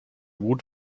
gut